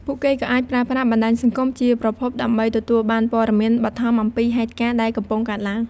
ពួកគេក៏អាចប្រើប្រាស់បណ្តាញសង្គមជាប្រភពដើម្បីទទួលបានព័ត៌មានបឋមអំពីហេតុការណ៍ដែលកំពុងកើតឡើង។